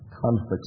conflicts